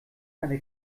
eine